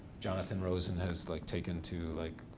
jonathan rosen has like taken to like,